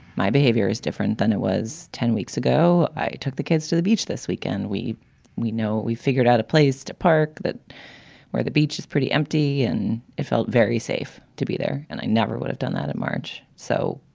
my behavior is different than it was ten weeks ago. i took the kids to the beach this weekend. we we know we figured out a place to park that where the beach is pretty empty and it felt very safe to be there. and i never would have done that at march, so.